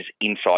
inside